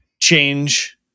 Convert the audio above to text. change